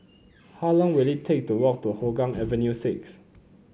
how long will it take to walk to Hougang Avenue six